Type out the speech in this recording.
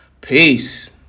Peace